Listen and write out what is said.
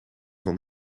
van